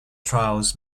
trials